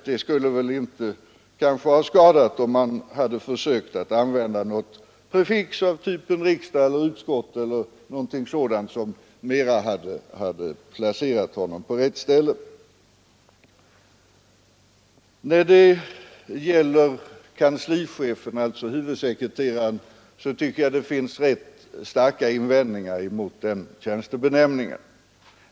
Det skulle kanske inte ha skadat om man försökt använda något prefix av typen riksdag, utskott eller någonting som placerat vederbörande på rätt ställe. När det gäller kanslichef som tjänstebenämning tycker jag att det finns rätt starka invändningar att göra.